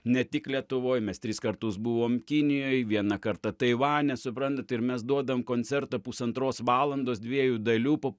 ne tik lietuvoj mes tris kartus buvom kinijoj vieną kartą taivane suprantat ir mes duodam koncertą pusantros valandos dviejų dalių po